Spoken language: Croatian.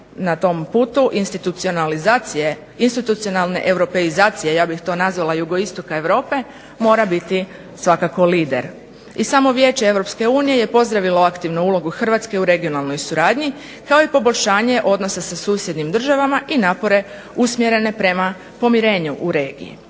na tom putu institucionalizacije, institucionalne europeizacije, ja bih to nazvala jugoistoka Europe, mora biti svakako lider. I samo Vijeće Europske unije je pozdravilo aktivnu ulogu Hrvatske u regionalnoj suradnji, kao i poboljšanje odnosa sa susjednim državama i napore usmjerene prema pomirenju u regiji.